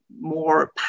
more